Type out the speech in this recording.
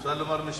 אפשר לומר משפט?